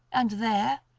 and there,